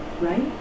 right